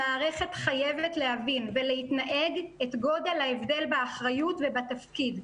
המערכת חייבת להתנהג להבין את גודל ההבדל באחריות ובתפקיד,